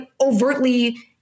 overtly